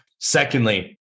Secondly